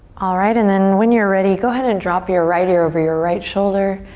alright and then when you're ready go ahead and drop your right ear over your right shoulder.